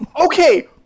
Okay